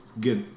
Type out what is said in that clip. get